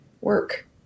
work